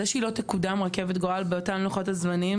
זה שרכבת גורל לא תקודם באותם לוחות הזמנים,